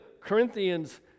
Corinthians